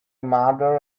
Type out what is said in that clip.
mother